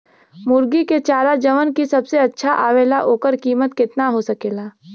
मुर्गी के चारा जवन की सबसे अच्छा आवेला ओकर कीमत केतना हो सकेला?